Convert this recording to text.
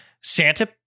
Santa